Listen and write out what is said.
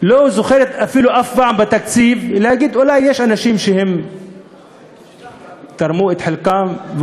לא זוכרת אף פעם בתקציב להגיד: אולי יש אנשים שתרמו את חלקם,